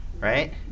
right